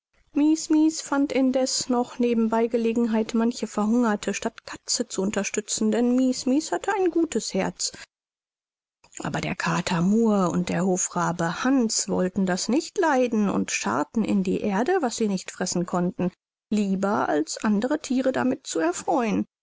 fand indeß noch nebenbei gelegenheit manche verhungerte stadtkatze zu unterstützen denn mies mies hatte ein gutes herz aber der kater murr und der hofrabe hans wollten das nicht leiden und scharrten in die erde was sie nicht fressen konnten lieber als andere thiere damit zu erfreuen